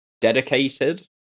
Dedicated